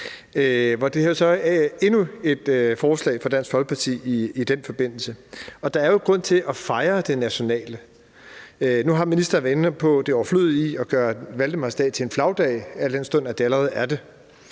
så er endnu et forslag fra Dansk Folkeparti i den forbindelse. Og der er jo grund til at fejre det nationale. Nu har ministeren været inde på det overflødige i at gøre valdemarsdag til en flagdag, al den stund at den allerede er det.